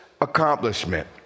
accomplishment